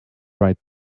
right